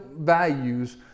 values